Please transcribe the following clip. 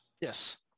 yes